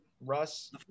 Russ